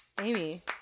Amy